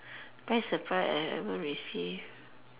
best surprise I ever receive